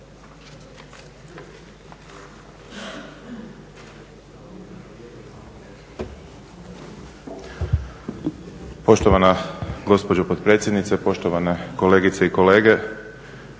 Poštovana gospođo potpredsjednice, poštovane kolegice i kolege.